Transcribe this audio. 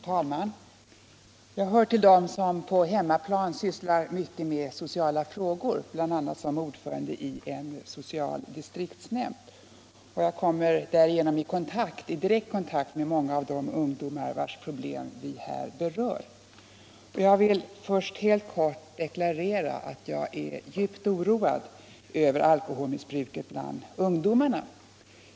Herr talman! Jag hör till dem som på hemmaplan sysslar mycket med sociala frågor, bl.a. som ordförande i en social distriktsnämnd. Jag kommer därigenom i direkt kontakt med många av de ungdomar vilkas problem vi här berör. Jag vill först helt kort deklarera att jag är djupt oroad över alkoholmissbruket bland ungdomarna.